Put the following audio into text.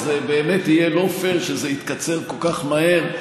וזה באמת יהיה לא פייר שזה יתקצר כל כך מהר.